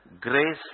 Grace